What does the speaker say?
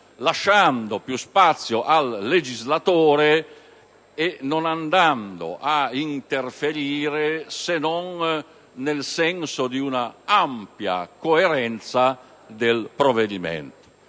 lasciando più spazio al legislatore e non andando a interferire se non nel senso di un'ampia coerenza del provvedimento.